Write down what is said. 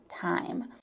time